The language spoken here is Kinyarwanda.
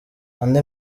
andi